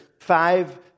five